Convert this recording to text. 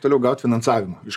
toliau gaut finansavimą iš